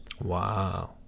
Wow